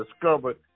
discovered